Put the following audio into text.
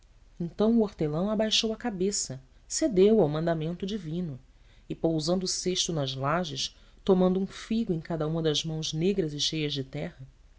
o hortelão abaixou a cabeça cedeu ao mandamento divino e pousando o cesto nas lajes tomando um figo em cada uma das mãos negras e cheias de terra